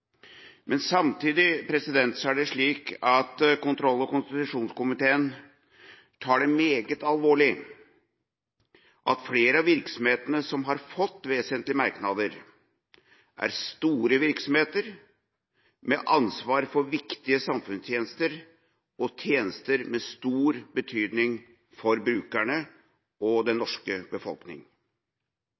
Samtidig tar kontroll- og konstitusjonskomiteen det meget alvorlig at flere av virksomhetene som har fått vesentlige merknader, er store virksomheter med ansvar for viktige samfunnstjenester og tjenester med stor betydning for brukerne og den norske befolkning.